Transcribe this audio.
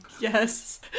yes